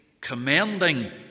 commending